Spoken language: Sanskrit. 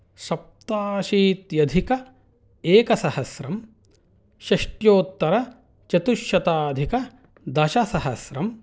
सप्ताशीत्यधिक एकसहस्रं षष्ट्योत्तरचतुश्शताधिकदशसहस्रम्